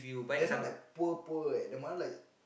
they're not that poor poor leh the mother like